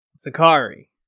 sakari